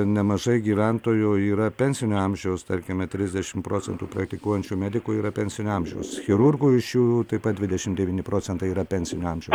nemažai gyventojų yra pensinio amžiaus tarkime trisdešim procentų praktikuojančių medikų yra pensinio amžiaus chirurgų iš jų taip pat dvidešim devyni procentai yra pensinio amžiaus